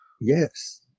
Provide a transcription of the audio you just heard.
yes